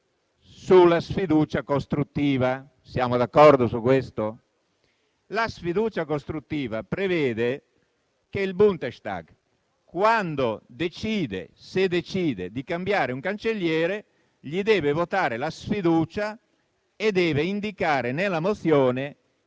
sulla sfiducia costruttiva, siamo d'accordo su questo? La sfiducia costruttiva prevede che il Bundestag, se decide di cambiare un Cancelliere, gli deve votare la sfiducia e deve indicare nella mozione